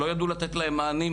שלא ידעו לתת להם מענים,